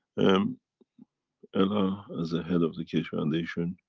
um ella, as a head of the keshe foundation,